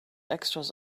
extras